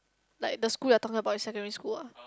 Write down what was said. like the school you're talking about is secondary school ah